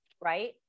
right